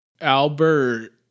Albert